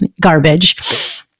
garbage